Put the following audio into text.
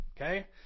okay